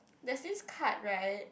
there's this card right